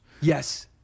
Yes